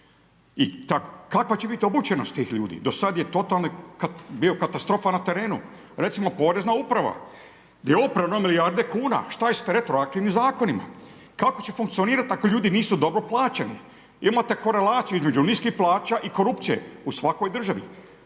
i kakva će biti obučenost tih ljudi. Do sada je totalni bio katastrofa na terenu. Recimo, Porezna uprava, gdje je oprano milijarde kuna, šta je s retroaktivnim Zakonima, kako će funkcionirati ako ljudi nisu dobro plaćeni. Imate korelaciju između niskih plaća i korupcije u svakoj državi.